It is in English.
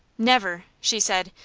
never! she said,